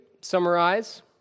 summarize